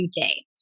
day